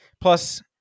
plus